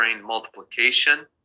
multiplication